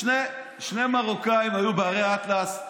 שני מרוקאים היו בהרי האטלס,